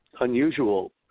unusual